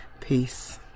Peace